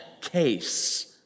case